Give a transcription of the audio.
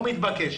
לא מתבקשת.